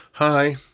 Hi